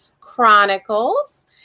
chronicles